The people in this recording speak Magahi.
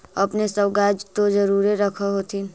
अपने सब गाय तो जरुरे रख होत्थिन?